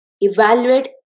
evaluate